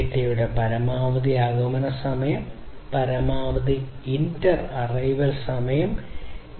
ഡാറ്റയുടെ പരമാവധി ആഗമന സമയം പരമാവധി ഇന്റർ അറൈവൽ സമയം എത്രയാണ്